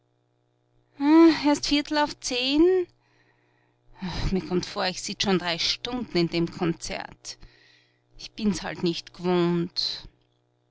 erst viertel auf zehn mir kommt vor ich sitz schon drei stunden in dem konzert ich bin's halt nicht gewohnt